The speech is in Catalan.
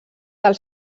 del